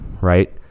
right